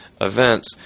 events